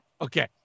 Okay